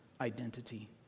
identity